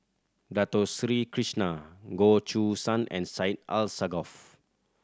Dato Sri Krishna Goh Choo San and Syed Alsagoff